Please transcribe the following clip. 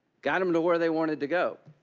got them to where they wanted to go.